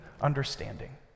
understanding